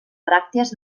bràctees